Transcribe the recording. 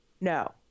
No